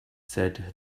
said